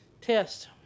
Test